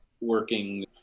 working